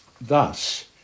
Thus